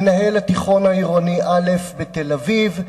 מנהל התיכון העירוני א' בתל-אביב,